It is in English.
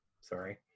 Sorry